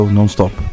Non-Stop